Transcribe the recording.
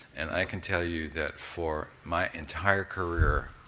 and i can tell you that for my entire career,